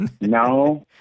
No